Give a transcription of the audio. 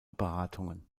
beratungen